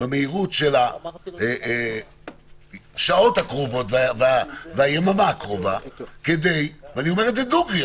במהירות של השעות הקרובות והיממה הקרובה כדי ואני אומר את זה דוגרי,